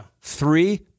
Three